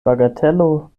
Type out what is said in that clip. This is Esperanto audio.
bagatelo